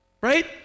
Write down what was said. Right